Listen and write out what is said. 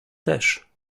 też